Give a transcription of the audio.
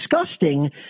disgusting